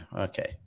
Okay